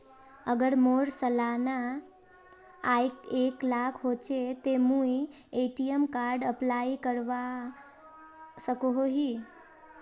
अगर मोर सालाना आय एक लाख होचे ते मुई ए.टी.एम कार्ड अप्लाई करवा सकोहो ही?